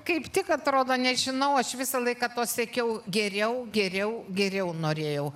kaip tik atrodo nežinau aš visą laiką to siekiau geriau geriau geriau norėjau